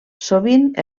sovint